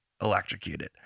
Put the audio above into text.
electrocuted